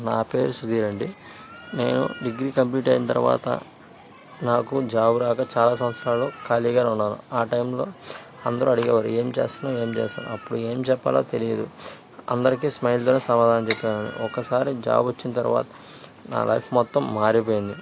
నా పేరు సుధీరండీ నేను డిగ్రీ కంప్లీట్ అయిన తర్వాత నాకు జాబ్ రాక చాలా సంవత్సరాలు ఖాళీ గానే ఉన్నాను ఆ టైంలో అందరూ అడిగేవారు ఏం చేస్తున్నావు ఏం చేస్తున్నావు అప్పుడు ఎం చెప్పాలో తెలీదు అందరికి స్మైల్తోనే సమాధానం చెప్పేవాడిని ఒక్కసారి జాబ్ వచ్చిన తర్వాత నా లైఫ్ మొత్తం మారిపోయింది